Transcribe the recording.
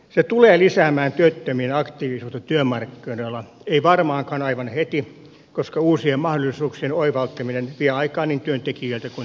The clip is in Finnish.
se tulee lisäämään työttömien aktiivisuutta työmarkkinoilla ei varmaankaan aivan heti koska uusien mahdollisuuksien oivaltaminen vie aikaa niin työntekijöiltä kuin työnantajiltakin